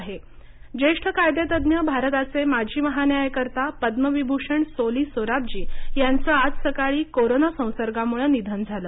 सोली सोराबजी ज्येष्ठ कायदेतज्ञ भारताचे माजी महा न्यायकर्ता पद्मविभूषण सोली सोराबजी यांचं आज सकाळी कोरोना संसर्गामुळे निधन झालं